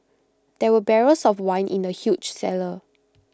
there were barrels of wine in the huge cellar